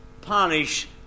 punish